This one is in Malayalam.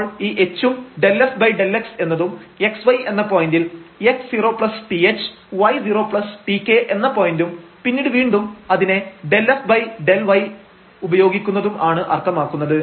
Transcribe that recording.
അപ്പോൾ ഈ h ഉം ∂f∂x എന്നതും xy എന്ന പോയന്റിൽ x0thy0tk എന്ന പോയന്റും പിന്നീട് വീണ്ടും അതിനെ ∂f∂y ഉപയോഗിക്കുന്നതും ആണ് അർത്ഥമാക്കുന്നത്